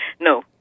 No